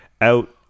out